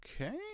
Okay